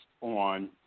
on